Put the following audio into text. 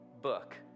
book